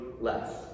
less